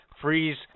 freeze